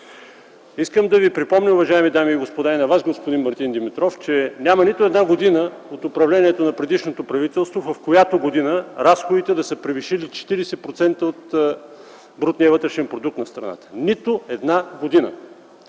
искам да напомня, също така и на Вас, господин Мартин Димитров, че няма нито една година от управлението на предишното правителство, в която разходите да са превишили 40% от брутния вътрешен продукт на страната. Нито една година!